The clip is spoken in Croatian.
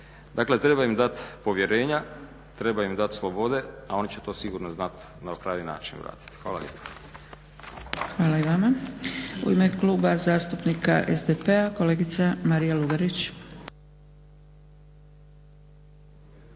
Dakle, treba im dati povjerenja, treba im dati slobode a oni će to sigurno znati na pravi način vratiti. Hvala lijepa. **Zgrebec, Dragica (SDP)** Hvala i vama. U ime Kluba zastupnika SDP-a kolegica Marija Lugarić.